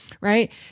right